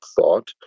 thought